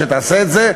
שתעשה את זה,